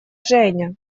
женя